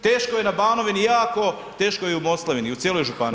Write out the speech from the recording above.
Teško je na Banovini jako, teško je i u Moslavini, u cijeloj županiji.